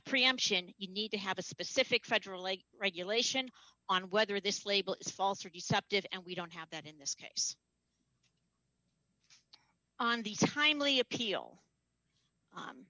preemption you need to have a specific federal regulation on whether this label is false or deceptive and we don't have that in this case on these timely appeal